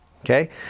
okay